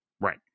Right